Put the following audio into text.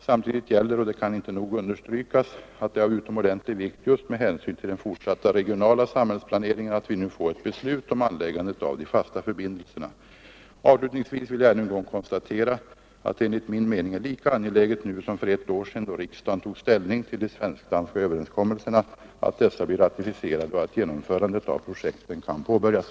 Samtidigt gäller — och det kan inte nog understrykas —- att det är av utomordentlig vikt just med hänsyn till den fortsatta regionala samhällsplaneringen att vi nu får ett beslut om anläggandet av de fasta Avslutningsvis vill jag ännu en gång konstatera, att det enligt min mening är lika angeläget nu som för ett år sedan — då riksdagen tog ställning till de svensk-danska överenskommelserna — att dessa blir ratificerade och att genomförandet av projekten kan påbörjas.